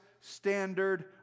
standard